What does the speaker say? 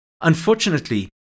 Unfortunately